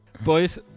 Boys